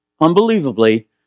unbelievably